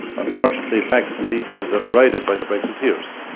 unfortunately facts and details are derided by the brexiteers.